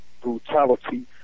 brutality